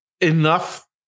enough